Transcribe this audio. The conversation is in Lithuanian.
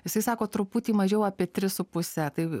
jisai sako truputį mažiau apie tris su puse tai